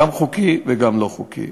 גם חוקי וגם לא חוקי.